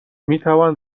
میتوان